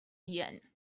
yen